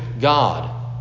God